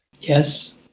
Yes